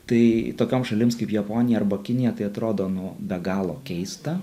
tai tokiom šalims kaip japonija arba kinija tai atrodo nu be galo keista